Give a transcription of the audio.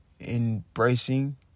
embracing